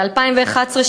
ב-2011,